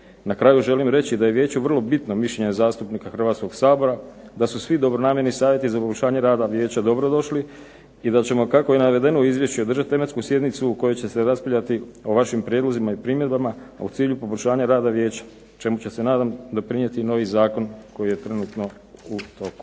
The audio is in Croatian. Na kraju želim reći da je vijeću vrlo bitno mišljenje zastupnika Hrvatskog sabora, da su svi dobronamjerni savjeti za poboljšanje rada vijeća dobrodošli i da ćemo kako je i navedeno u izvješću održati tematsku sjednicu u kojoj će se raspravljati o vašim prijedlozima i primjedbama, a u cilju poboljšanja rada vijeća čemu će, nadam se, doprinijeti i novi zakon koji je trenutno u toku.